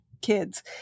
kids